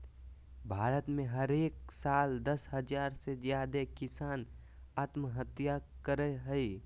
भारत में हरेक साल दस हज़ार से ज्यादे किसान आत्महत्या करय हय